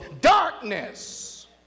darkness